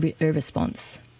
response